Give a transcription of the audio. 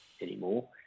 anymore